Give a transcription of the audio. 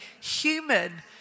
human